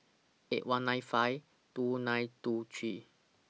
eight one nine five two nine two three